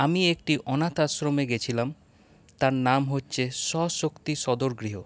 আমি একটি অনাথ আশ্রমে গেছিলাম তার নাম হচ্ছে স্বশক্তি সদর গৃহ